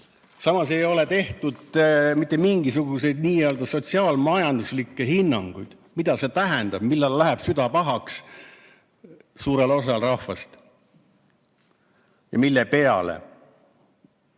Samas ei ole antud mitte mingisuguseid nii-öelda sotsiaal-majanduslikke hinnanguid, mida see tähendab, millal läheb süda pahaks suurel osal rahvast ja mille peale.